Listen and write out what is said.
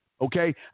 Okay